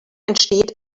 entsteht